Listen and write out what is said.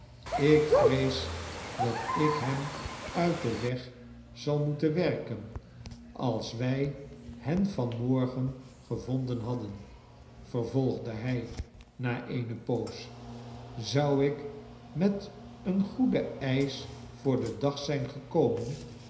ik vrees dat ik hem uit den weg zal moeten werken als wij hen van morgen gevonden hadden vervolgde hij na eene poos zou ik met een goeden eisch voor den dag zijn gekomen